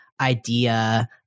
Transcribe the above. idea